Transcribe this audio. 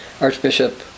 Archbishop